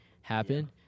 happen